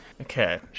Okay